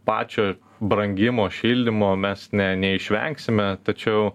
pačio brangimo šildymo mes ne neišvengsime tačiau